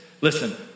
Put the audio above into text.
Listen